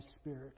Spirit